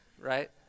right